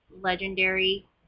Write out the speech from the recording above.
Legendary